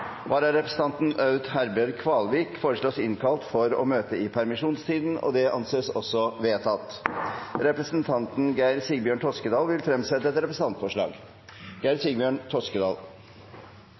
Vararepresentanten, Aud Herbjørg Kvalvik, innkalles for å møte i permisjonstiden. Representanten Geir Sigbjørn Toskedal vil fremsette et representantforslag.